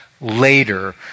later